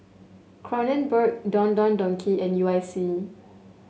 Kronenbourg Don Don Donki and U I C